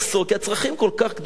כי הצרכים הם כל כך גדולים,